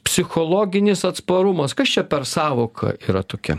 psichologinis atsparumas kas čia per sąvoka yra tokia